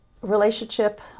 relationship